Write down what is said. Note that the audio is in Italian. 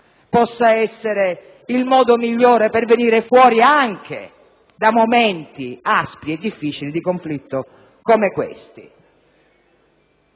possa essere il modo migliore per venir fuori anche da momenti aspri e difficili di conflitto come questi.